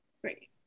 Great